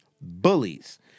bullies